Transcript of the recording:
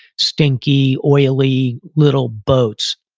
stinky, oily little boats.